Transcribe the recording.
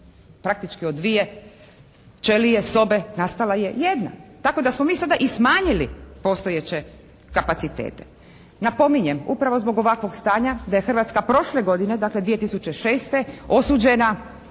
Praktički od 2 ćelije, sobe, nastala je jedna. Tako smo mi sada i smanjili postojeće kapacitete. Napominjem, upravo zbog ovakvog stanja da je Hrvatska prošle godine, dakle 2006. osuđena